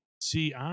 See